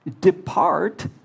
Depart